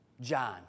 John